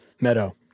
Meadow